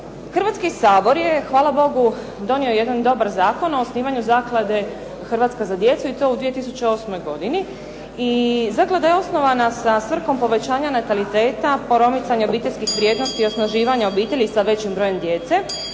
Hrvatski sabor je hvala Bogu donio jedan dobar Zakon o osnivanju zaklade "Hrvatska za djecu" i to u 2008. godini i zaklada je osnovana sa svrhom povećanja nataliteta, promicanja obiteljskih vrijednosti i osnaživanja obitelji sa većim brojem djece